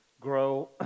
grow